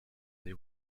they